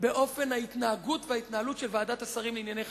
באופן ההתנהגות וההתנהלות של ועדת השרים לענייני חקיקה.